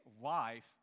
life